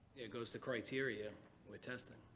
it goes to criteria with testing